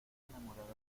enamorada